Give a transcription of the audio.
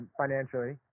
financially